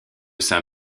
saint